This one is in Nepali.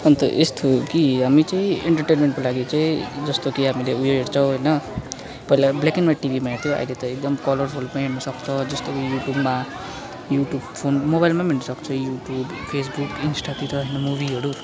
अन्त यस्तो हो कि हामी चाहिँ एन्टरटेन्मेन्टको लागि चाहिँ जस्तो कि हामीले उयो हेर्छौँ होइन पहिला ब्ल्याक एन्ड वाइट टिभीमा हेर्थ्यौ अहिले त एकदम कलरफुलमा हेर्न सक्छ जस्तो कि युट्युबमा युट्युब फोन मोबाइलमा पनि हेर्नु सक्छ युट्युब फेसबुक इन्स्टातिर हेर्नु मुभीहरू